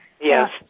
Yes